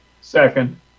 Second